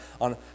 on